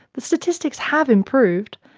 the statistics have improved.